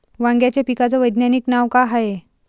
वांग्याच्या पिकाचं वैज्ञानिक नाव का हाये?